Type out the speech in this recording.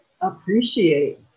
appreciate